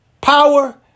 power